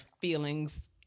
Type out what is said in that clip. feelings